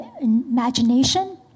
imagination